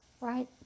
right